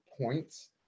points